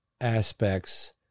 aspects